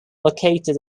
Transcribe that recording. located